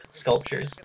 sculptures